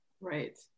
Right